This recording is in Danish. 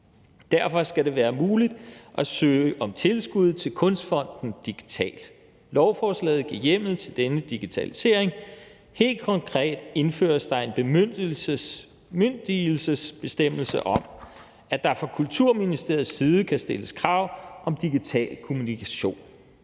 Derfor skal det være muligt at søge om tilskud til Kunstfonden digitalt, og lovforslaget giver hjemmel til denne digitalisering. Helt konkret indføres der en bemyndigelsesbestemmelse om, at der fra Kulturministeriets side kan stilles krav om digital kommunikation.